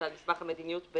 על סמך המדיניות,